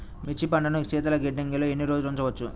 మిర్చి పంటను శీతల గిడ్డంగిలో ఎన్ని రోజులు ఉంచవచ్చు?